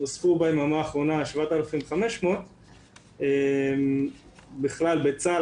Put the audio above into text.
נוספו ביממה האחרונה 7,500. בכלל בצה"ל